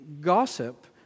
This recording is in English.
gossip